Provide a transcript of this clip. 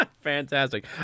fantastic